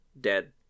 dead